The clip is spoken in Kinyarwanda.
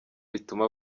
bituma